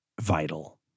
vital